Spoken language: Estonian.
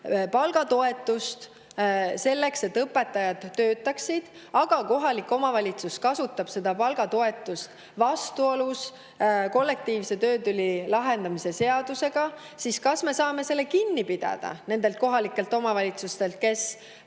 palgatoetust selleks, et õpetajad töötaksid, aga kohalik omavalitsus kasutab seda palgatoetust vastuolus kollektiivse töötüli lahendamise seadusega, siis kas me saame selle kinni pidada nendelt kohalikelt omavalitsustelt, kes